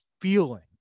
feeling